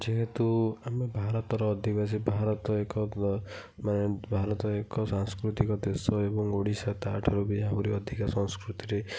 ଯେହେତୁ ଆମେ ଭାରତ ର ଅଧିବାସୀ ଭାରତ ଏକ ମାନେ ଭାରତ ଏକ ସାଂସ୍କୃତିକ ଦେଶ ଏବଂ ଓଡ଼ିଶା ତାଠାରୁ ବି ଆହୁରି ଅଧିକା ସଂସ୍କୃତି ରେ